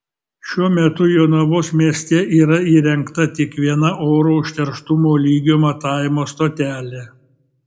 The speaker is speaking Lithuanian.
šiuo metu jonavos mieste yra įrengta tik viena oro užterštumo lygio matavimo stotelė